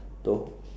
though